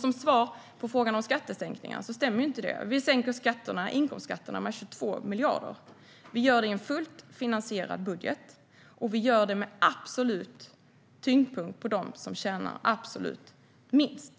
Som svar på frågan om skattesänkningar så stämmer inte påståendet. Vi sänker inkomstskatterna med 22 miljarder. Vi gör det i en fullt finansierad budget, och vi gör det med absolut tyngdpunkt på dem som tjänar absolut minst.